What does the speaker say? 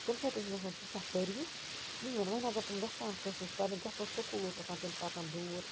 تَمہِ ساتہٕ ٲسۍ نہٕ آسان تیٖژھا پروٕنۍ کہیٖنۍ وَنہِ اگر تٔمۍ گَژھان کٲنٛسہِ نِش پَرنہِ گَژھان سکوٗل اوس آسان تَمہِ ساتن دوٗر